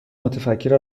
متفکر